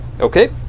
Okay